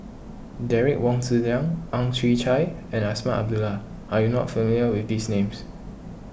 Derek Wong Zi Liang Ang Chwee Chai and Azman Abdullah are you not familiar with these names